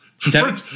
Seven